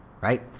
right